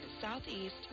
Southeast